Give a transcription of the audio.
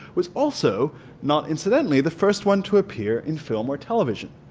was also not incidentally the first one to appear in film or television.